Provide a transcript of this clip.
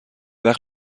وقت